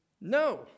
no